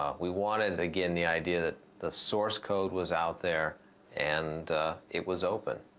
ah we wanted, again, the idea that the source code was out there and it was open.